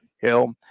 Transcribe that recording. Hill